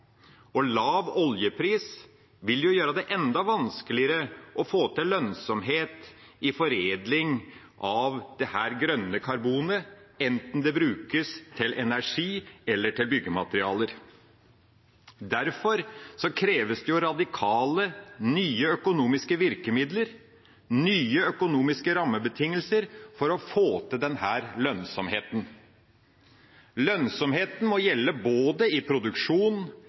Lav oljepris vil gjøre det enda vanskeligere å få til lønnsomhet i foredling av dette grønne karbonet, enten det brukes til energi eller til byggematerialer. Derfor kreves det radikale nye økonomiske virkemidler, nye økonomiske rammebetingelser, for å få til denne lønnsomheten. Lønnsomheten må gjelde både i produksjon,